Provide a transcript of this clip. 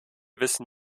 wissen